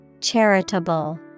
Charitable